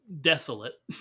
desolate